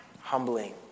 humbling